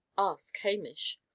ask hamish.